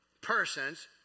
persons